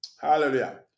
Hallelujah